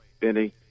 Benny